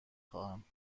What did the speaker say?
خواهم